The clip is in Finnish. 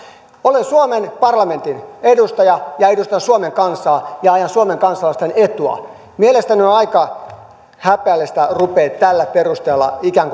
olen suomen parlamentin edustaja ja edustan suomen kansaa ja ajan suomen kansalaisten etua mielestäni on on aika häpeällistä ruveta tällä perusteella ikään